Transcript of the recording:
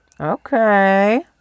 Okay